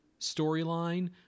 storyline